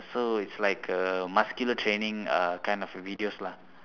so it's like a muscular training uh kind of videos lah